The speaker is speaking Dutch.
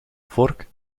vork